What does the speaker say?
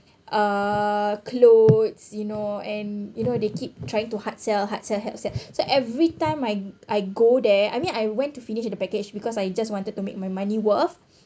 uh clothes you know and you know they keep trying to hard sell hard sell hard sell so every time I I go there I mean I went to finish the package because I just wanted to make my money worth